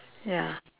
ya